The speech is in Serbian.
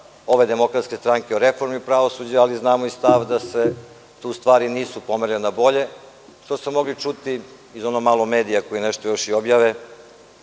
ove DS o reformi pravosuđa, ali znamo i stav da se tu stvari nisu pomerile na bolje. To smo mogli čuti iz ono malo medija koji nešto još i objave,